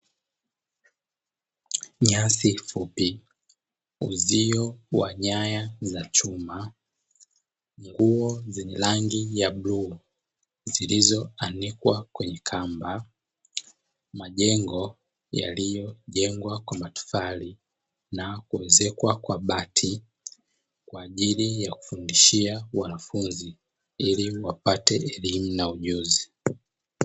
Nyasi fupi, uzio wa nyaya za chuma, nguo zenye rangi ya bluu zilizoanikwa kwenye kamba, majengo yaliyojengwa kwa matofali na kuezekwa kwa bati, kwa ajili ya kufundishia wanafunzi ili wapate elimu na ujuzi.